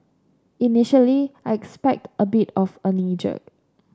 initially I expect a bit of a knee jerk